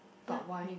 but why